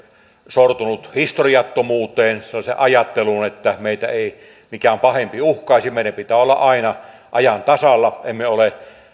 sortunut historiattomuuteen sellaiseen ajatteluun että meitä ei mikään pahempi uhkaisi meidän pitää olla aina ajan tasalla emme ole